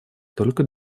только